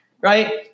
right